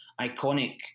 iconic